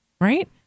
right